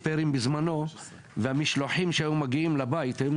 נהיינו יותר מדי שבעים וכל אחד רוצה את הנוחיות שלו.